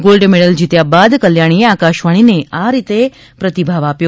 gold medal જીત્યા બાદ કલ્યાણીએ આકાશવાણીને આ રીતે પ્રતિભાવ આપ્યો